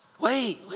Wait